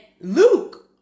Luke